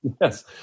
Yes